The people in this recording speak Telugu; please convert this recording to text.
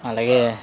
అలాగే